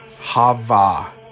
Hava